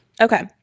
Okay